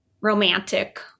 romantic